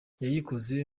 yayikoze